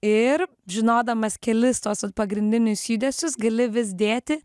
ir žinodamas kelis tuos vat pagrindinius judesius gali vis dėti